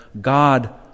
God